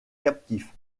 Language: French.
captifs